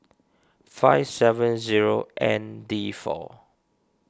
five seven zero N D four